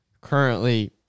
currently